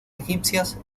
egipcias